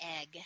egg